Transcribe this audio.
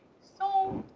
so,